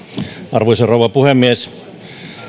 arvoisa rouva puhemies